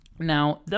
Now